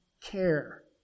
care